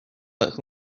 but